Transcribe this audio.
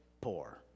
poor